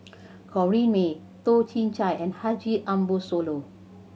Corrinne May Toh Chin Chye and Haji Ambo Sooloh